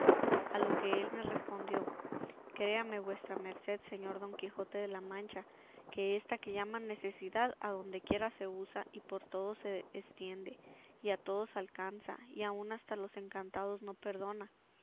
a lo que él me respondió créame vuestra merced señor don quijote de la mancha que ésta que llaman necesidad adondequiera se usa y por todo se estiende y a todos alcanza y aun hasta los encantados no perdona